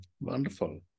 Wonderful